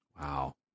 Wow